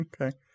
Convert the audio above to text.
Okay